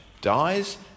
dies